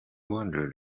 wondered